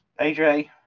AJ